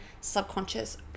subconscious